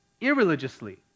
irreligiously